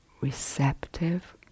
receptive